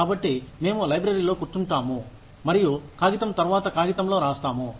కాబట్టి మేము లైబ్రరీల్లో కూర్చుంటాము మరియు కాగితం తర్వాత కాగితంలో రాస్తాము